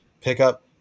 pickup